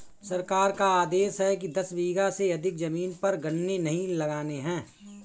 सरकार का आदेश है कि दस बीघा से अधिक जमीन पर गन्ने नही लगाने हैं